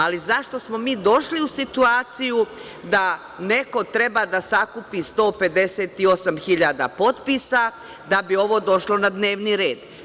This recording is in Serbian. Ali, zašto smo mi došli u situaciju da neko treba da sakupi 158 hiljada potpisa, da bi ovo došlo na dnevni red?